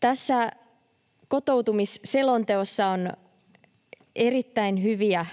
Tässä kotoutumisselonteossa on erittäin hyviä